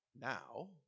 Now